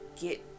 get